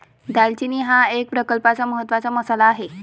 दालचिनी हा एक प्रकारचा महत्त्वाचा मसाला आहे